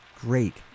great